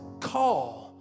call